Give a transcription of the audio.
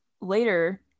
later